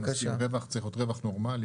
רווח צריך להיות רווח נורמלי,